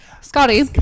Scotty